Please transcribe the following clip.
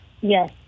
Yes